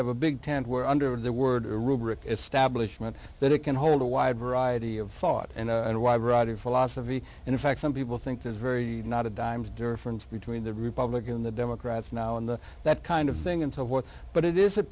have a big tent we're under the word rubric establishment that it can hold a wide variety of thought and wide variety of philosophy and in fact some people think there's very not a dime's difference between the republican the democrats now and that kind of thing and so forth but it is it